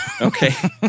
Okay